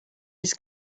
his